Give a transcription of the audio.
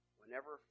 whenever